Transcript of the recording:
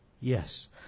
Yes